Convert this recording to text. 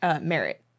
merit